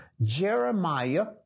Jeremiah